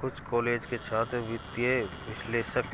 कुछ कॉलेज के छात्र वित्तीय विश्लेषक